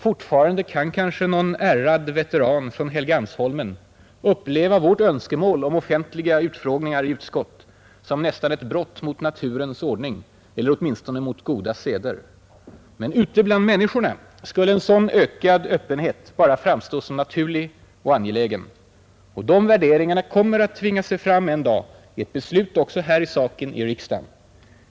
Fortfarande kan kanske någon ärrad veteran från Helgeandsholmen uppleva vårt önskemål om offentliga utfrågningar i utskott som nästan ett brott mot naturens ordning eller åtminstone mot goda seder. Men ute bland människorna skulle en sådan ökad öppenhet bara framstå som naturlig och angelägen. Och de värderingarna kommer att tvinga sig fram en dag i ett beslut i saken också här i riksdagen.